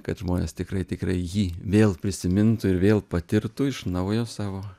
kad žmonės tikrai tikrai jį vėl prisimintų ir vėl patirtų iš naujo savo